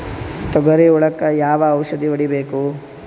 ತೊಗರಿ ಹುಳಕ ಯಾವ ಔಷಧಿ ಹೋಡಿಬೇಕು?